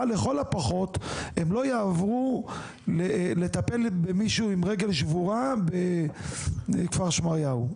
אבל לכל הפחות הם לא יעברו לטפל במישהו עם רגל שבורה בכפר שמריהו,